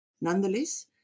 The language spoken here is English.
Nonetheless